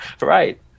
Right